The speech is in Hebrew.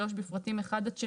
בפרטים (1) עד (6),